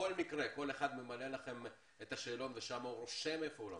ובכל מקרה כל אחד ממלא לכם את השאלון ורושם בו איפה הוא למד,